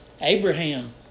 Abraham